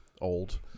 old